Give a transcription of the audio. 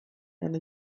and